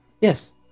Yes